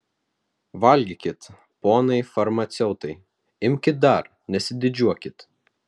valgykit ponai farmaceutai imkit dar nesididžiuokit